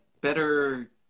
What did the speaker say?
better